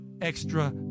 extra